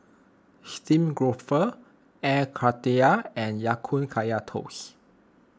Steamed Grouper Air Karthira and Ya Kun Kaya Toast